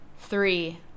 three